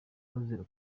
bazira